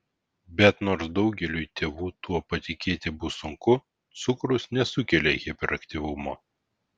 bet nors daugeliui tėvų tuo patikėti bus sunku cukrus nesukelia hiperaktyvumo